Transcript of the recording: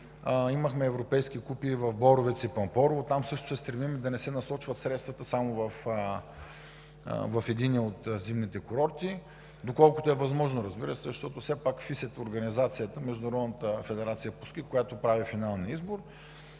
имахме европейски купи в Боровец и в Пампорово. Там също се стремим да не се насочват средствата само в единия от зимните курорти – доколкото е възможно, разбира се, защото ФИС – Международната федерация по ски, прави финалния избор.